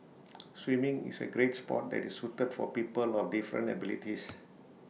swimming is A great Sport that is suited for people of different abilities